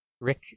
Rick